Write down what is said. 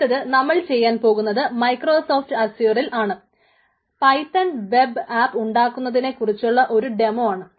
അടുത്തത് നമ്മൾ ചെയ്യാൻ പോകുന്നത് മൈക്രോസോഫ്റ്റ് അസ്യുറിൽ ആണ് പൈത്തൻ വെബ് ആപ്പ് ഉണ്ടാക്കുന്നതിനെക്കുറിച്ചുള്ള ഒരു ഡെമോ ആണ്